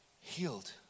Healed